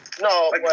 no